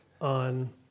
on